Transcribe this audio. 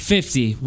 Fifty